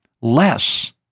less